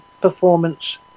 performance